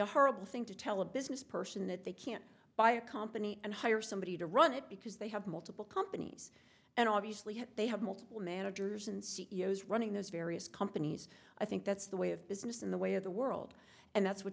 a horrible thing to tell a business person that they can't buy a company and hire somebody to run it because they have multiple companies and obviously have they have multiple managers and c e o s running those various companies i think that's the way of business in the way of the world and that's what